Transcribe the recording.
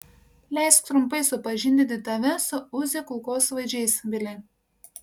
leisk trumpai supažindinti tave su uzi kulkosvaidžiais bili